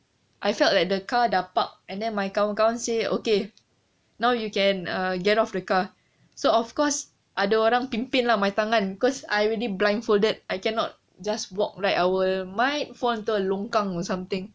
I felt like the car dah park and then my kawan-kawan say okay now you can uh get off the car so of course ada orang pimpin my tangan cause I already blindfolded I cannot just walk right I might fall into longkang or something